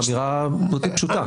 זו אמירה פשוטה.